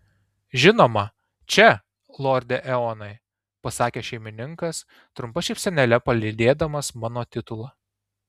žinoma čia lorde eonai pasakė šeimininkas trumpa šypsenėle palydėdamas mano titulą